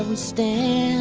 um stay